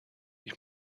ich